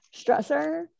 stressor